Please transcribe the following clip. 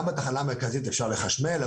גם בתחנה המרכזית אפשר לחשמל,